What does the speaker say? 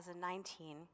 2019